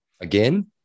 Again